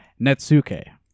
Netsuke